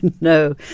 No